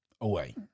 away